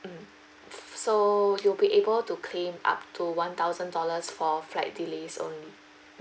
mm so you will be able to claim up to one thousand dollars for flight delays only